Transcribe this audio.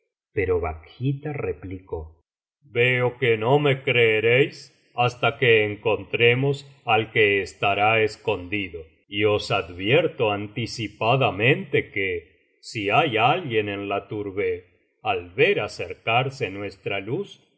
pero bakhita replicó veo que no me creeréis hasta que encontremos al que estará escondido y os advierto anticipadamente que si hay alguien en la tourbeh al ver acercarse nuestra luz se